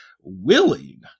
willing